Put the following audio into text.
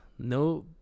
no